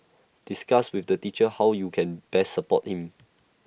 discuss with the teacher how you can best support him